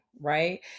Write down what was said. right